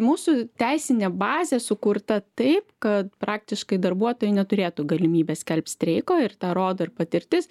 mūsų teisinė bazė sukurta taip kad praktiškai darbuotojai neturėtų galimybės skelbt streiko ir tą rodo ir patirtis